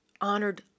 honored